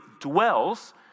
dwells